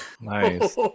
Nice